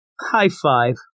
high-five